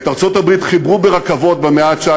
את ארצות-הברית חיברו ברכבות במאה ה-19.